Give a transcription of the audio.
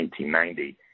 1990